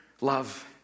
love